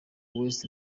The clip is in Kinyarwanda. west